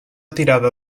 tirada